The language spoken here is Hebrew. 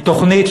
היא תוכנית,